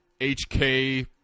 HK